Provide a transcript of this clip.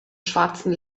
schwarzen